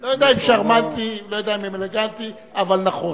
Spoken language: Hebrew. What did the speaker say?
לא יודע אם שרמנטי, לא יודע אם אלגנטי, אבל נכון.